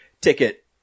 ticket